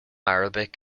arabic